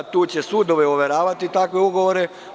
Tu će sudovi overavati te ugovore.